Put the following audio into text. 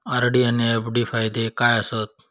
RD आनि FD फायदे काय आसात?